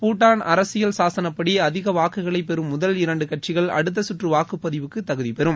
பூடான் அரசியல் சாசனப்படி அதிக வாக்குகளை பெறும் முதல் இரண்டு கட்சிகள் அடுத்தசுற்று வாக்குப்பதிவுக்கு தகுதி பெறும்